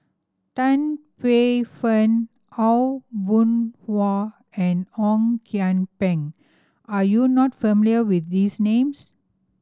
Tan Paey Fern Aw Boon Haw and Ong Kian Peng are you not familiar with these names